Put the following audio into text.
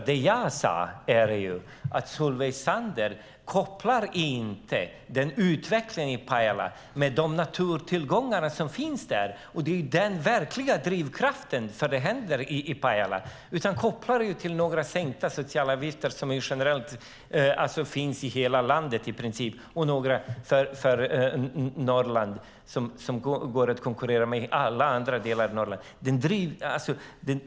Det jag sade är att Solveig Zander inte kopplar utvecklingen i Pajala till de naturtillgångar som finns där och som är den verkliga drivkraften, utan kopplar till sänkningar av sociala avgifter, som skett generellt i hela landet, samt någon åtgärd för Norrland där man får konkurrera med alla andra i hela Norrland.